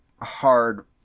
hard